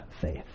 faith